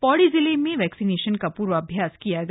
पौड़ी जिले में वैक्सीनेशन का पर्वाभ्यास किया गया